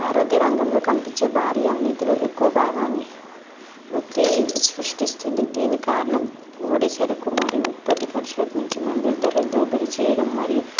ఆరోగ్య రంగంలో కనిపించే భారీ అవినీతిలో ఎక్కువ బాగాన్ని వృత్తి సృష్టిస్తుంది దీని కారణం ముడిసరుకు మరియు ఉత్పత్తి ఖర్చులకు మించి మందులదరలు దోపిడి చేయడం మరియు